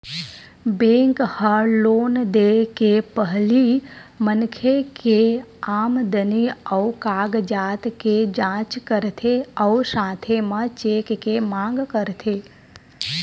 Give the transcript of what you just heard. bank ह loan दे के पहिली मनखे के आमदनी अउ कागजात के जाँच करथे अउ साथे म चेक के मांग करथे